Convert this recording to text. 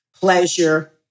pleasure